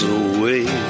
away